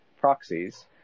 proxies